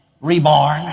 reborn